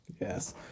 Yes